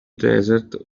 desert